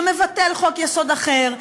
שמבטל חוק-יסוד אחר,